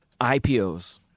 IPOs